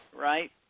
right